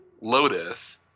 Lotus